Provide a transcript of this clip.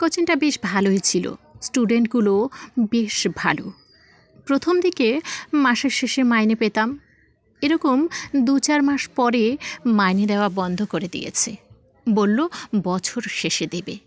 কোচিংটা বেশ ভালোই ছিল স্টুডেন্টগুলো বেশ ভালো প্রথম দিকে মাসের শেষে মাইনে পেতাম এরকম দু চার মাস পরে মাইনে দেওয়া বন্ধ করে দিয়েছে বলল বছর শেষে দেবে